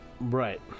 Right